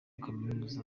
kaminuza